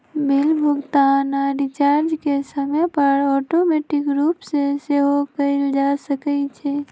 bill भुगतान आऽ recharge के समय पर ऑटोमेटिक रूप से सेहो कएल जा सकै छइ